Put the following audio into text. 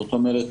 זאת אומרת,